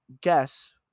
guess